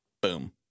Boom